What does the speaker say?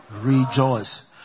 rejoice